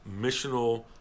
missional